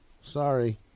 Sorry